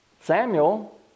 Samuel